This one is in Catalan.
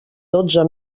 dotze